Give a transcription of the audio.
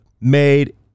made